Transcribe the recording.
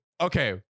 okay